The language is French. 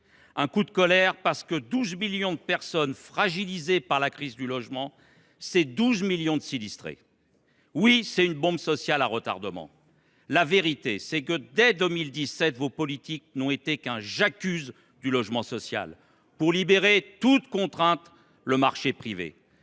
Un coup de colère, parce que 12 millions de personnes fragilisées par la crise du logement, ce sont 12 millions de sinistrés. Oui, il s’agit d’une bombe sociale à retardement ! La vérité, c’est que, dès 2017, vos politiques n’ont été qu’un « J’accuse… !» du logement social, pour libérer de toute contrainte le marché privé